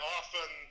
often